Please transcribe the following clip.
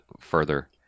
further